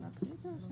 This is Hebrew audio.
להקריא את זה?